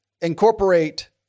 incorporate